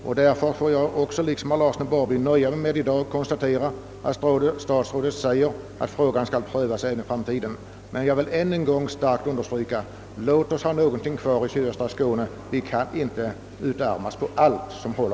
Men jag får liksom herr Larsson i Borrby nu nöja mig med att konstatera att statsrådet säger att frågan skall prövas även i framtiden. Jag vill emellertid än en gång starkt understryka önskemålet att vi i sydöstra Skåne inte utarmas på allting.